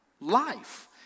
Life